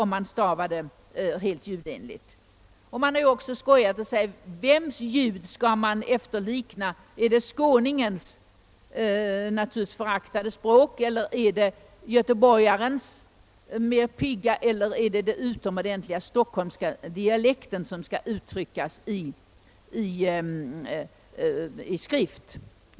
Man har också skoiat och sagt: Vems ljud skall man efterlikna — är det skåningens, naturligtvis föraktade språk, göteborgarens piggare eller den utomordentliga stockholmska dialekten?